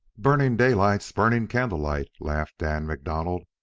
burning daylight's burning candlelight, laughed dan macdonald,